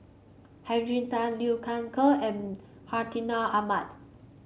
Henry Tan Liu Thai Ker and Hartinah Ahmad